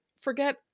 forget